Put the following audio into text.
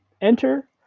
enter